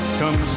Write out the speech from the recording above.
come